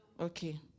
Okay